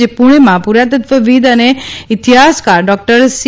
જે પૂણેમાં પુરાતત્વવિદ્ અને ઇતિહાસકાર ડોકટર સી